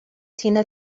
tina